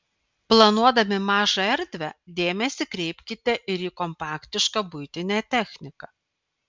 planuodami mažą erdvę dėmesį kreipkite ir į kompaktišką buitinę techniką